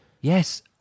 Yes